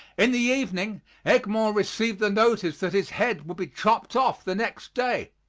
in the evening egmont received the notice that his head would be chopped off the next day.